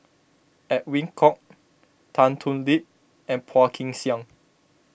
Edwin Koek Tan Thoon Lip and Phua Kin Siang